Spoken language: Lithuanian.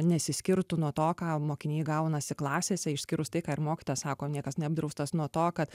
nesiskirtų nuo to ką mokiniai gauna klasėse išskyrus tai ką ir mokytoja sako niekas neapdraustas nuo to kad